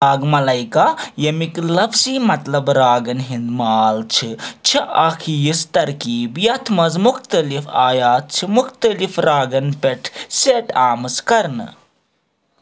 راگمالایکا ییٚمِکۍ لفٕظی مطلب راگَن ہٕنٛدۍ مال چھِ چھِ اکھ یِژھ ترکیٖب یَتھ منٛز مُختٔلِف آیات چھِ مُختٔلِف راگَن پٮ۪ٹھ سیٹ آمٕژ کَرنہٕ